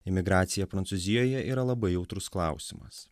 imigracija prancūzijoje yra labai jautrus klausimas